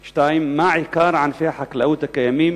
2. מהם ענפי החקלאות העיקריים הקיימים